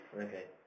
Okay